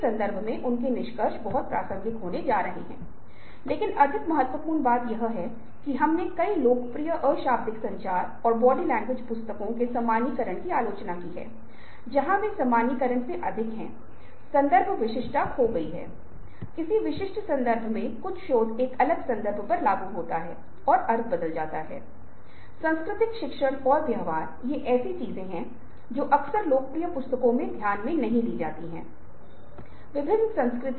दूसरे समूह के लिए छवियों को उलट दिया गया था और हमने एक बुनियादी व्यक्तित्व परीक्षण 5 अंक और 5 आयामी व्यक्तित्व परीक्षण के लिए प्रतिक्रियाओं को लिया जिसे बड़े 5 व्यक्तित्व परीक्षण के रूप में जाना जाता है और इस विशेष सर्वेक्षण के आधार पर डिजाइन किया गया था और आपकी प्रतिक्रिया उस तरह की उत्तेजना या जानकारी जो प्रदान की गई है के आधार पर काफी भिन्न होती है